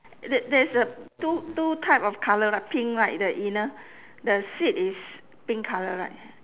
there there's a two two type of colour right pink right the inner the seat is pink colour right